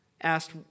Asked